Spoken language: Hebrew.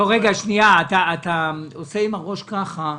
כל הנזקים שהיו